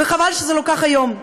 וחבל שזה לא כך היום.